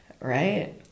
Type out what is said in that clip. right